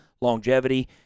longevity